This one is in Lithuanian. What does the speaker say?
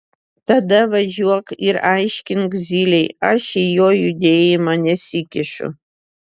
tada važiuok ir aiškink zylei aš į jo judėjimą nesikišu